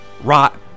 rot